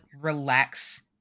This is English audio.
relax